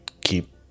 keep